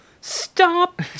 stop